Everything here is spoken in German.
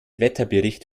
wetterbericht